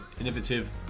innovative